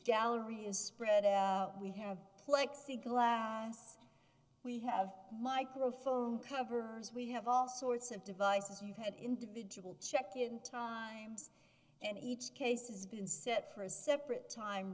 gallery is spread out we have plexiglas we have microphone covers we have all sorts of devices you've had individual check in times and each case is been set for a separate time